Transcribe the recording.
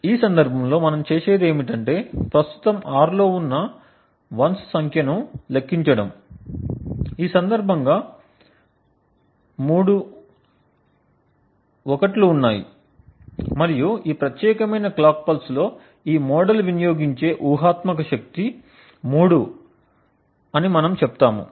ఈ సందర్భంలో మనం చేసేది ఏమిటంటే ప్రస్తుతం R లో ఉన్న 1 ల సంఖ్యను లెక్కించండం ఈ సందర్భంలో మూడు 1 లు ఉన్నాయి మరియు ఈ ప్రత్యేకమైన క్లాక్ పల్స్లో ఈ మోడల్ వినియోగించే ఊహాత్మక శక్తి 3 అని మనము చెప్తాము